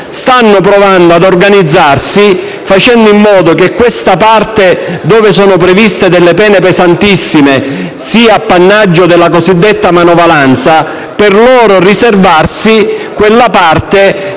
stanno provando ad organizzarsi facendo in modo che questa parte, dove sono previste dalle pene pesantissime, sia appannaggio della cosiddetta manovalanza, per riservarsi quella parte